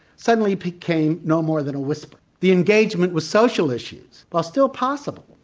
suddenly became no more than a whisper. the engagement with social issues, while still possible.